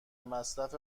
مصرف